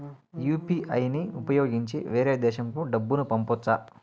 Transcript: UPI ని ఉపయోగించి వేరే దేశంకు డబ్బును పంపొచ్చా?